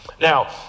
Now